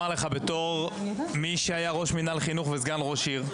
בתור מי שהיה ראש מנהל חינוך וסגן ראש עיר,